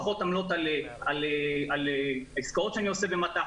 פחות עמלות על עסקאות שאני עושה במט"ח.